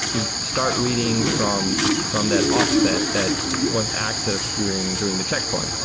you start reading from from that offset that was active during during the checkpoint.